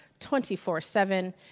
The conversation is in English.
24-7